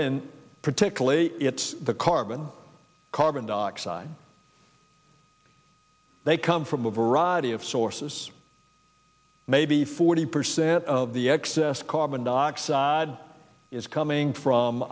when particularly it's the carbon carbon dioxide they come from a variety of sources maybe forty percent of the excess carbon dioxide is coming from